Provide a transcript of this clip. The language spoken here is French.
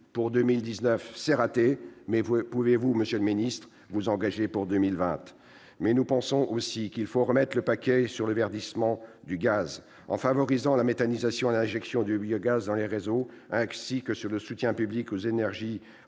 Pour 2019, c'est raté, mais pouvez-vous au moins vous engager sur 2020 ? Nous pensons aussi qu'il faut mettre le paquet sur le verdissement du gaz, en favorisant la méthanisation et l'injection de biogaz dans les réseaux, ainsi que sur le soutien public aux énergies renouvelables